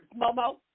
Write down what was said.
Momo